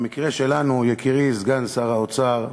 במקרה שלנו, יקירי סגן שר האוצר,